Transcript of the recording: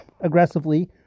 aggressively